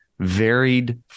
varied